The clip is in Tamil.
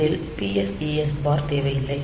இதில் PSEN பார் தேவையில்லை